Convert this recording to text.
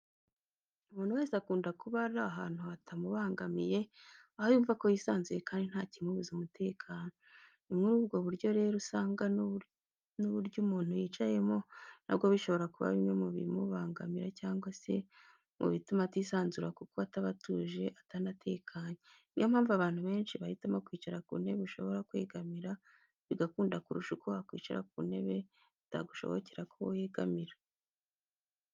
Umuntu wese akunda kuba ari ahantu hatamubangamiye, aho yumva ko yisanzuye kandi nta kimubuza umutekano. Ni muri ubwo buryo rero usanga n'uburyo umuntu yicayemo na byo bishobora kuba bimwe mu bimubangamira cyangwa se mu bituma atisanzura kuko ataba atuje atanatekanye. Ni yo mpamvu abantu benshi bahitamo kwicara ku ntebe ushobora kwegamira bigakunda kurusha uko wakwicara ku ntebe bitagushobokera ko wegamira.